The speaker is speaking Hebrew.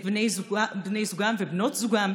את בני זוגם ובנות זוגם,